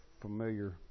familiar